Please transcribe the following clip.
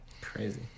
Crazy